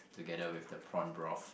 together with the prawn broth